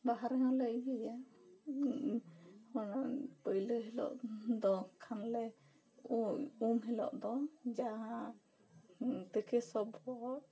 ᱵᱟᱦᱟ ᱦᱤᱞᱚᱜ ᱞᱮ ᱤᱭᱟᱭᱟ ᱯᱩᱭᱞᱩ ᱦᱤᱞᱚᱜ ᱫᱚ ᱠᱷᱟᱱ ᱜᱮ ᱩᱱ ᱦᱤᱞᱚᱜ ᱫᱚ ᱡᱟᱦᱟᱸ ᱛᱤᱠᱤ ᱥᱚᱵᱚᱜ